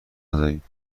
نداریم